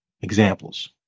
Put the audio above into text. examples